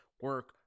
Work